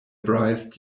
bruised